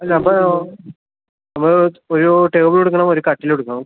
അല്ല അപ്പം നമ്മള് ഒരു ടേബിളും എടുക്കണം ഒര് കട്ടിലും എടുക്കണം